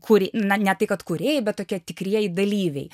kūrė na ne tai kad kūrėjai bet tokie tikrieji dalyviai